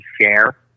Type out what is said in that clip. share